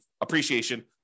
appreciation